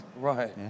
Right